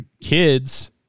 kids